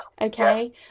Okay